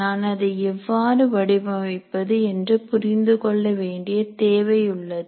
நான் அதை எவ்வாறு வடிவமைப்பது என்று புரிந்து கொள்ள வேண்டிய தேவை உள்ளது